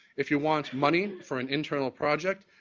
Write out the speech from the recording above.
if you want money for an internal project,